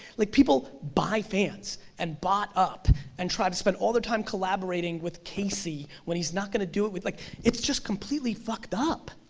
like people buy fans, and buy but up and try to spend all their time collaborating with casey when he's not gonna do it with, like it's just completely fucked up.